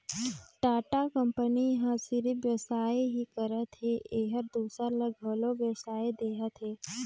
Tata company ह सिरिफ बेवसाय नी करत हे एहर दूसर ल घलो बेवसाय देहत हे